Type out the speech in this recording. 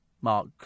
Mark